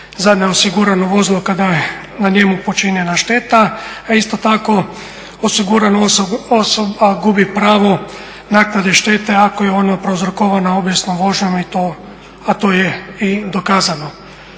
za neosigurano vozilo kada je na njemu počinjena šteta a isto tako osigurana osoba gubi pravo naknade štete ako je ona prouzrokovana obijesnom vožnjom a to je i dokazano.